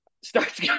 starts